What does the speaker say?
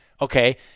okay